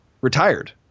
retired